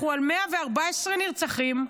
אנחנו על 114 נרצחים,